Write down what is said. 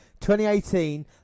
2018